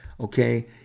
Okay